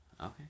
Okay